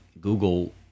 Google